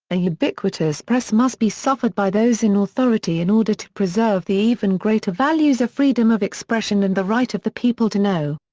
a ubiquitous press must be suffered by those in authority in order to preserve the even greater values of freedom of expression and the right of the people to know.